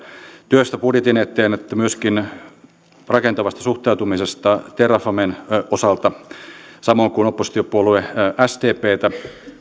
työstä budjetin eteen että myöskin rakentavasta suhtautumisesta terrafamen osalta samoin kuin oppositiopuolue sdptä